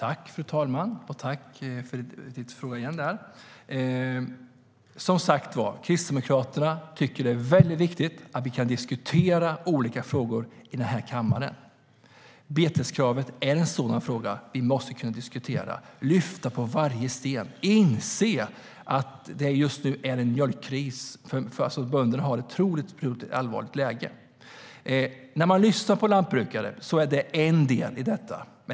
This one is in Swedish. Fru talman! Tack för din fråga, Jens Holm! Kristdemokraterna tycker att det är väldigt viktigt att vi kan diskutera olika frågor i kammaren. Beteskravet är en sådan fråga vi måste kunna diskutera. Vi måste lyfta på varje sten och inse att det just nu är en mjölkkris. Bönderna har ett otroligt allvarligt läge. När man lyssnar på lantbrukare är det en del i detta.